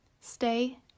stay